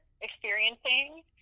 experiencing